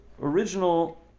original